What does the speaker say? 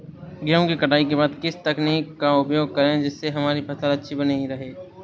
गेहूँ की कटाई के बाद किस तकनीक का उपयोग करें जिससे हमारी फसल अच्छी बनी रहे?